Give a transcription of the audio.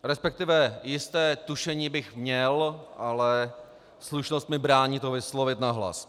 Respektive jisté tušení bych měl, ale slušnost mi brání to vyslovit nahlas.